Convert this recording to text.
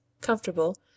comfortable